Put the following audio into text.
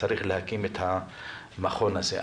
צריך להקים את המכון הזה.